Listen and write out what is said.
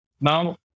Now